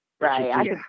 right